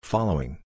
Following